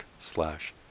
slash